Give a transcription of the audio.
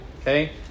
Okay